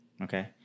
Okay